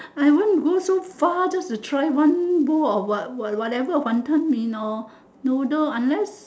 I won't go so far just to try one bowl of what whatever wanton-mee no I wouldn't unless